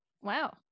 Wow